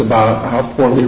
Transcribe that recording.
about how poorly